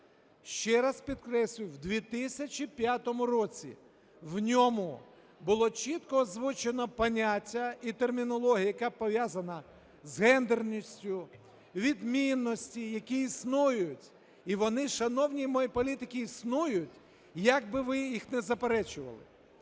Ще раз підкреслюю, в 2005 році. В ньому було чітко озвучено поняття і термінологія, яка пов'язана з гендерністю, відмінності, які існують. І вони, шановні мої політики, існують, як би ви їх не заперечували.